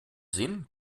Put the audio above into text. sehen